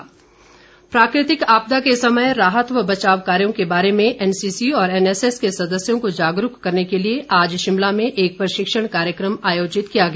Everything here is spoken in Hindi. प्रशिक्षण प्राकृतिक आपदा के समय राहत व बचाव कार्यों के बारे एनसीसी और एनएसएस के सदस्यों को जागरूक करने के लिए आज शिमला में एक प्रशिक्षण कार्यक्रम आयोजित किया गया